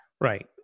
Right